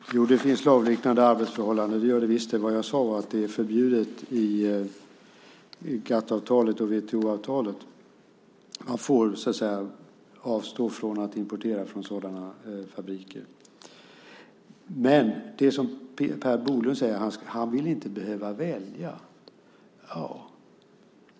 Fru talman! Jo, det finns slavliknande arbetsförhållanden. Jag sade att det är förbjudet i GATT-avtalet och WTO-avtalet. Man får avstå att importera från sådana fabriker. Per Bolund vill inte behöva välja.